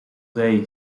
day